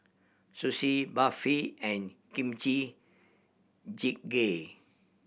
Sushi Barfi and Kimchi Jjigae